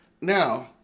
Now